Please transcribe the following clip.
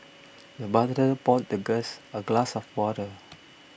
the butler poured the guest a glass of water